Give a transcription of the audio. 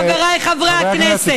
חבריי חברי הכנסת,